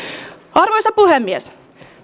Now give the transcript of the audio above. arvoisa puhemies